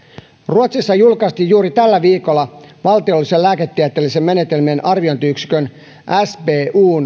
ruotsissa julkaistiin juuri tällä viikolla valtiollisen lääketieteellisten menetelmien arviointiyksikön sbun